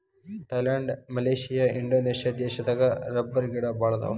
Thailand Malaysia Indonesia ದೇಶದಾಗ ರಬ್ಬರಗಿಡಾ ಬಾಳ ಅದಾವ